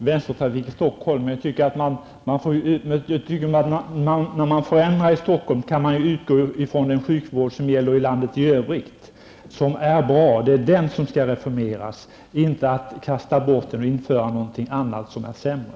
Herr talman! När man förändrar i Stockholm kan man utgå ifrån den sjukvård som gäller i landet i övrigt och som är bra. Det är här som det skall reformeras. Man skall inte ta bort någonting för att sedan införa något som är sämre.